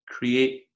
Create